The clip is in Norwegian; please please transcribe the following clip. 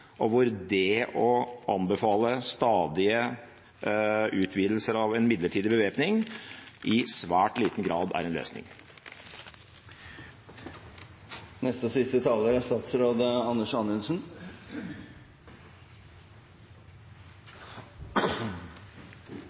og hvor det å anbefale stadige utvidelser av en midlertidig bevæpning i svært liten grad er en løsning. Jeg vil takke Stortinget for en god og